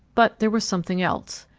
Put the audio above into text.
but there was something else.